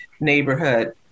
neighborhood